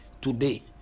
today